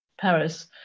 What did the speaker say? Paris